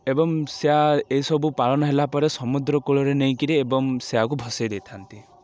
ଏବଂ ସେଆ ଏସବୁ ପାଳନ ହେଲା ପରେ ସମୁଦ୍ରକୂଳରେ ନେଇକିରି ଏବଂ ସେଇଆକୁ ଭସେଇ ଦେଇଥାନ୍ତି